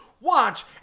Watch